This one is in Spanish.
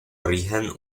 origen